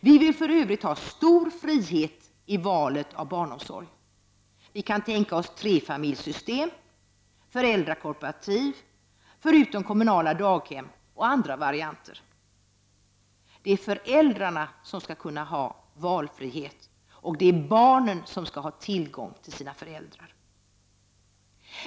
Vi vill för övrigt ha stor frihet i valet av barnomsorg. Vi kan tänka oss trefamiljssystem och föräldrakooperativ förutom kommunala daghem och andra varianter. Det är föräldrarna som skall ha valfrihet, och det är barnen som skall ha tillgång till sina föräldrar.